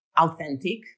authentic